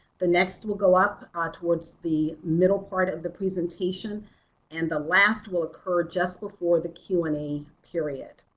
the next will go up ah towards the middle part of the presentation and the last will occur just before the q and a period.